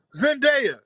Zendaya